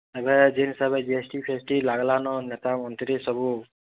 ଏବେ ଯେନ୍ ସବେ ଜିଏସ୍ଟି ଫିଏସ୍ଟି ଲାଗ୍ଲାନ ନେତା ମନ୍ତ୍ରୀ ସବୁ